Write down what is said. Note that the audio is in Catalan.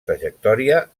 trajectòria